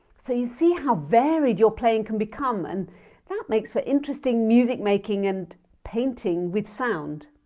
so you see how varied your playing can become and that makes for interesting music making and painting with sound